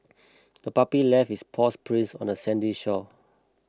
the puppy left its paw prints on the sandy shore